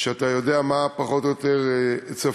אתה יודע מה פחות או יותר צפוי.